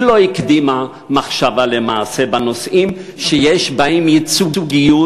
היא לא הקדימה מחשבה למעשה בנושאים שיש בהם ייצוגיות,